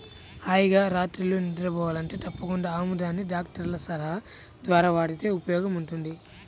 హాయిగా రాత్రిళ్ళు నిద్రబోవాలంటే తప్పకుండా ఆముదాన్ని డాక్టర్ల సలహా ద్వారా వాడితే ఉపయోగముంటది